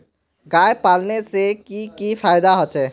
गाय पालने से की की फायदा होचे?